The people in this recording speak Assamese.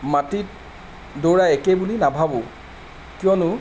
মাটিত দৌৰা একে বুলি নাভাবোঁ কিয়নো